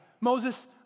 Moses